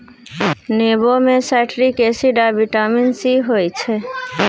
नेबो मे citric acid आ बिटामिन सी होइ छै